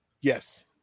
yes